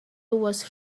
was